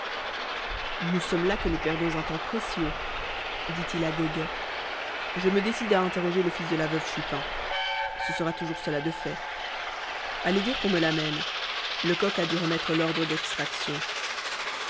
nous sommes là que nous perdons un temps précieux dit-il à goguet je me décide à interroger le fils de la veuve chupin ce sera toujours cela de fait allez dire qu'on me l'amène lecoq a dû remettre l'ordre d'extraction